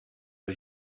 are